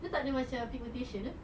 dia tak ada macam pigmentation ke